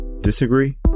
Disagree